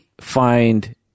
find